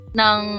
ng